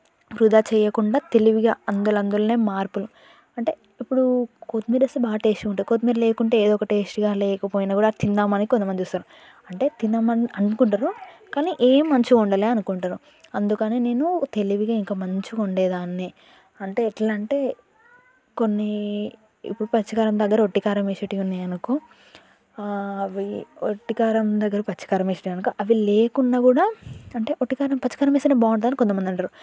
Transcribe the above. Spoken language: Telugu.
వృధా చేయకుండా తెలివిగా అందులందులోనే మార్పులు అంటే ఇప్పుడు కొత్తిమీరేస్తే బాగా టేస్ట్ ఉంటుంది కొత్తిమీర లేకుంటే ఏదో ఒక టేస్ట్గా లేకపోయినా కూడా తిందామని కొంతమంది చూస్తారు అంటే తిందామని అనుకుంటారు కానీ ఏం మంచిగా వండలేదు అనుకుంటారు అందుకనే నేను తెలివిగా ఇంకా మంచిగా వండేదాన్ని అంటే ఎట్లంటే కొన్ని ఇప్పుడు పచ్చికారం దగ్గర వట్టి కారం వేసేటివి ఉన్నాయనుకో వే వట్టి కారం దగ్గర పచ్చికారం వేసేటివనుకో అవి లేకుండా కూడా అంటే వట్టి కారం పచ్చికారం వేస్తేనే బాగుంటుందని కొంతమంది అంటారు